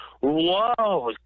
Whoa